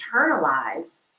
internalize